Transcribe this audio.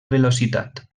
velocitat